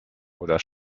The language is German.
oder